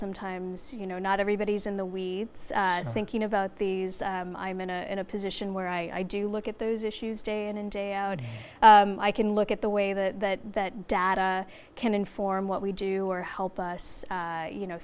sometimes you know not everybody's in the weeds thinking about these i'm in a in a position where i do look at those issues day in and day out i can look at the way that that data can inform what we do or help us you know